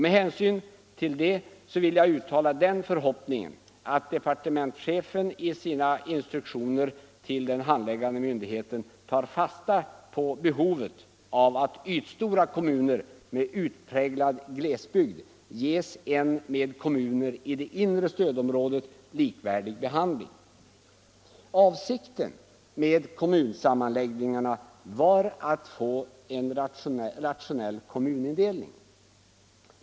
Med hänsyn härtill vill jag uttala den förhoppningen att departementet i sina instruktioner till den handläggande myndigheten tar fasta på behovet av att ytstora kommuner med utpräglad glesbygd ges en med kommuner i det inre stödområdet likvärdig behandling. Avsikten med kommunsammanläggningarna var att få en rationell kommunindelning.